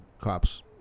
cops